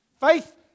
Faith